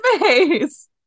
face